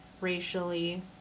racially